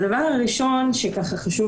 הדבר הראשון שחשוב